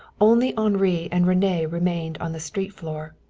only henri and rene remained on the street floor.